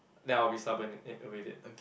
then I will be stubborn eh with it